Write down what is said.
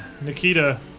Nikita